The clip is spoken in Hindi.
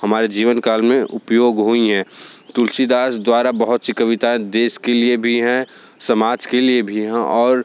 हमारे जीवन काल में उपयोग हुईं हैं तुलसीदास द्वारा बहुत सी कविताएँ देश के लिए भी हैं समाज के लिए भी हैं और